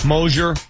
Mosier